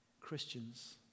Christians